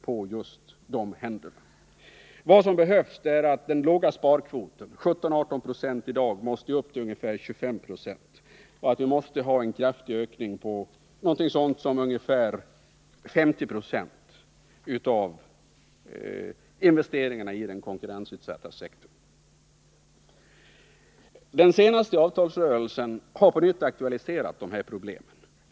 Men det krävs också att den låga sparkvoten, som i dag ligger på 17—18 96, höjs till ca 25 20, och dessutom måste vi få en kraftig ökning — med ungefär 50 90 — av investeringarna i den konkurrensutsatta sektorn. Den senaste avtalsrörelsen har på nytt aktualiserat dessa problem.